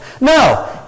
No